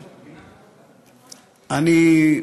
אני,